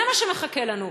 זה מה שמחכה לנו,